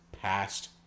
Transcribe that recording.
passed